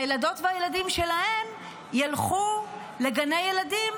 והילדות והילדים שלהם ילכו לגני ילדים